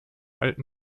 alten